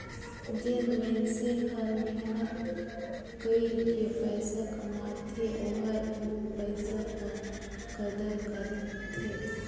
जेन मइनसे हर मेहनत कइर के पइसा कमाथे ओहर ओ पइसा कर कदर करथे